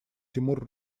тимур